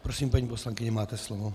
Prosím, paní poslankyně, máte slovo.